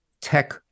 tech